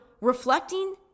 reflecting